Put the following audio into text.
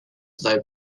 though